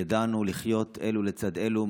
ידענו לחיות אלה לצד אלה,